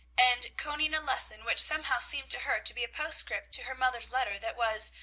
and conning a lesson which somehow seemed to her to be a postscript to her mother's letter, that was,